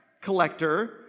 collector